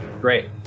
Great